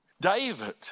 David